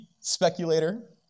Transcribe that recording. speculator